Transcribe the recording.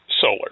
Solar